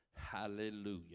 Hallelujah